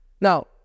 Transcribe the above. Now